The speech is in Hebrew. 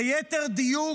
ליתר דיוק,